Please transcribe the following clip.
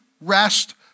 rest